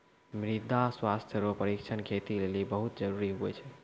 मृदा स्वास्थ्य रो परीक्षण खेती लेली बहुत जरूरी हुवै छै